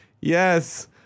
yes –